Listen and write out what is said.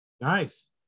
Nice